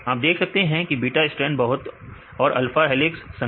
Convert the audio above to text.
आप देख सकते हैं कि बीटा स्ट्रैंड बहुत और अल्फा हेलिक्स संकरा है